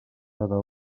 cada